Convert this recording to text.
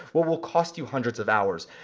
what will cost you hundreds of hours.